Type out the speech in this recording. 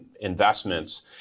investments